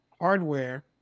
hardware